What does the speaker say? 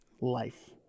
life